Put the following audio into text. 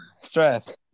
stress